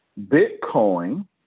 Bitcoin